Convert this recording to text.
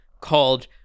called